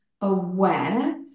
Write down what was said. aware